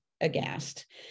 aghast